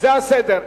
זה הסדר.